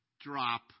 drop